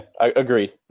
agreed